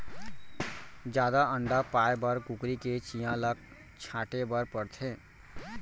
जादा अंडा पाए बर कुकरी के चियां ल छांटे बर परथे